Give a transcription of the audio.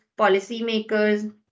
policymakers